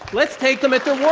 let's take them at their